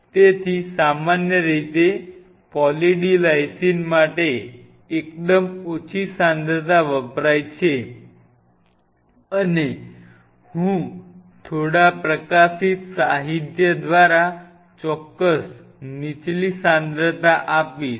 તેથી સામાન્ય રીતે પોલી D લાઈસિન માટે એકદમ ઓછી સાંદ્રતા વપરાય છે અને હું થોડા પ્રકાશિત સાહિત્ય દ્વારા ચોક્કસ નીચલી સાંદ્રતા આપીશ